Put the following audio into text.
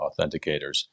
authenticators